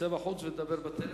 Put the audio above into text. תצא החוצה ותדבר בטלפון.